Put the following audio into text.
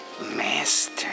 Master